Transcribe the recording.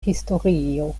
historio